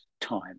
time